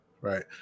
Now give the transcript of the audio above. Right